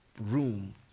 room